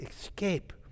escape